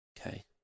okay